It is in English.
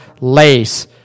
lace